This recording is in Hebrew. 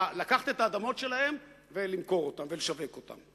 לקחת את האדמות שלהם ולמכור אותן ולשווק אותן.